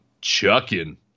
chucking